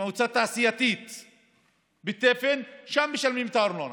מועצה תעשייתית בתפן, לשם משלמים את הארנונה.